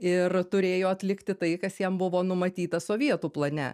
ir turėjo atlikti tai kas jam buvo numatyta sovietų plane